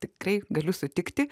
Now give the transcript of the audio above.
tikrai galiu sutikti